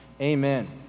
amen